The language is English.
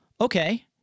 Okay